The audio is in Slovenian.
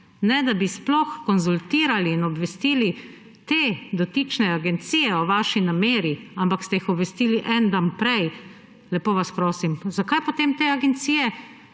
ne da bi sploh konzultirali in obvestili te dotične agencije o vaši nameri, ampak ste jih obvestili en dan prej, lepo vas prosim! Zakaj potem te agencije